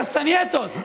קסטנייטות,